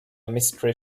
mystery